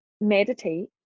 meditate